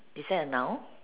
is that a noun